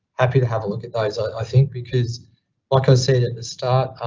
happy to have a look at those. i think because like i said at the start,